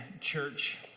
church